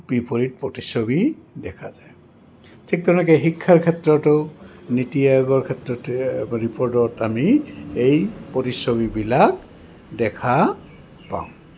বিপৰীত প্ৰতিচ্ছবি দেখা যায় ঠিক তেনেকে শিক্ষাৰ ক্ষেত্ৰতো নীতি আয়োগৰ ক্ষেত্ৰতে ৰিপৰ্টত আমি এই প্ৰতিচ্ছবিবিলাক দেখা পাওঁ